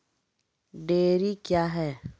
Dairy क्या हैं?